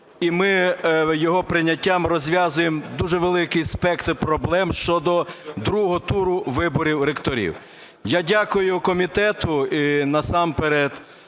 І ми його прийняттям розв'язуємо дуже великий спектр проблем щодо другого туру виборів ректорів. Я дякую комітету і насамперед